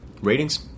Ratings